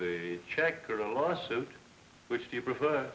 the checkered lawsuit which do you prefer